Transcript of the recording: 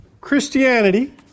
Christianity